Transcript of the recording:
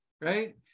right